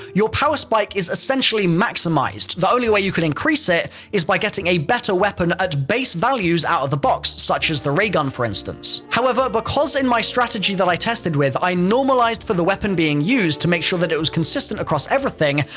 your power spike is essentially maximized. the only way you can increase it is getting a better weapon at base values out of the box, such as the ray gun for instance. however, because in my strategy that i tested with, i normalized for the weapon being used to make sure that it was consistent across everything,